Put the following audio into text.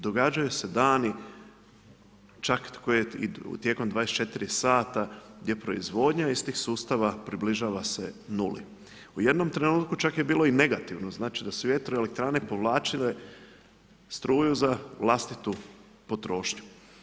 Događaju se dani čak koje i tijekom 24h gdje proizvodnja iz tih sustava približava se 0. U jednom trenutku čak je bilo i negativno, znači da su vjetroelektrane povlačile struju za vlastitu potrošnju.